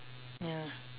ya